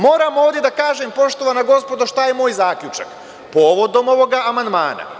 Moram ovde da kažem, poštovana gospodo, šta je moj zaključak povodom ovog amandmana.